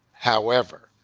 however,